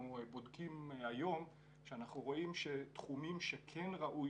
בודקים היום כשאנחנו רואים שתחומים שכן ראוי